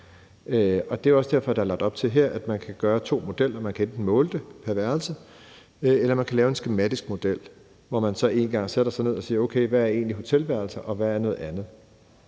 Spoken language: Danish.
Det er også derfor, at der her er lagt op til, at man kan bruge to modeller. Man kan enten måle det pr. værelse, eller man kan lave en skematisk model, hvor man så sætter sig ned og siger: Hvad er egentlig hotelværelse, og hvad er noget andet?